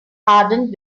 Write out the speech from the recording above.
hardened